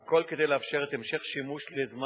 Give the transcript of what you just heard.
הכול כדי לאפשר את המשך השימוש לזמן